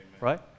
right